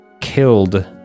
killed